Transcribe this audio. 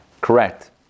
correct